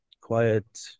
quiet